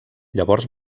llavors